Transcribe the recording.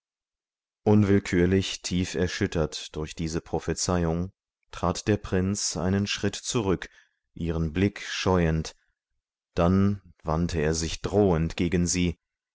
unwillkürlich tieferschüttert durch diese prophezeihung trat der prinz einen schritt zurück ihren blick scheuend dann wandte er sich drohend gegen sie